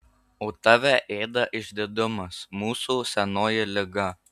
o tave ėda išdidumas mūsų senoji liga